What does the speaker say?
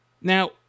Now